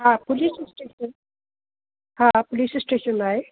हा police station हा police station आहे